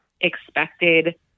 expected